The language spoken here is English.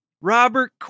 Robert